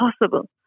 possible